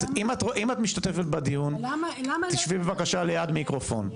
את, אם את משתתפת בדיון תשבי בבקשה ליד מיקרופון.